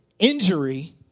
injury